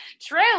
True